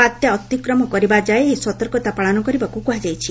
ବାତ୍ୟା ଅତିକ୍ରମ କରିବା ଯାଏ ଏହି ସତର୍କତା ପାଳନ କରିବାକୁ କୁହାଯାଇଛି